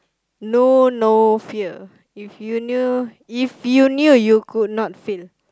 know no fear if you knew if you knew you could not fail